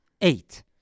Eight